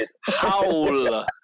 Howl